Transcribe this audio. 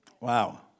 Wow